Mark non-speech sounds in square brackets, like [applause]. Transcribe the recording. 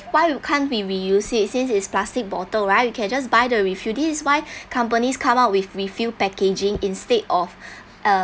why we can't we reuse it since is plastic bottle right you can just buy the refill this is why [breath] companies come up with refill packaging instead of [breath] uh